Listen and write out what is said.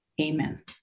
Amen